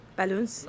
balloons